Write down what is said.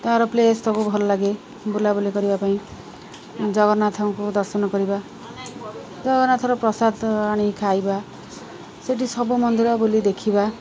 ତା'ର ପ୍ଲେସ୍ ତାକୁ ଭଲ ଲାଗେ ବୁଲା ବୁଲି କରିବା ପାଇଁ ଜଗନ୍ନାଥଙ୍କୁ ଦର୍ଶନ କରିବା ଜଗନ୍ନାଥର ପ୍ରସାଦ ଆଣି ଖାଇବା ସେଠି ସବୁ ମନ୍ଦିର ବୋଲି ଦେଖିବା